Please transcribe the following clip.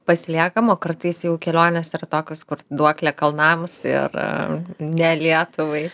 pasiliekam o kartais jau kelionės yra tokios kur duoklė kalnams ir ne lietuvai